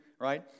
right